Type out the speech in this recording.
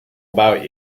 about